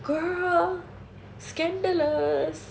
girl scandalous